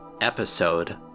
episode